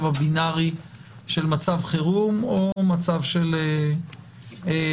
הבינארי של מצב חירום או מצב של שגרה.